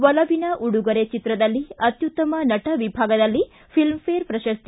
ಒಲವಿನ ಉಡುಗೊರೆ ಚಿತ್ರದಲ್ಲಿ ಅತ್ಯುತ್ತಮ ನಟ ವಿಭಾಗದಲ್ಲಿ ಫಿಲ್ನ್ ಫೇರ್ ಪ್ರಶಸ್ತಿ